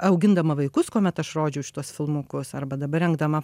augindama vaikus kuomet aš rodžiau šituos filmukus arba dabar rengdama